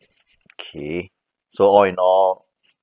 okay so all in all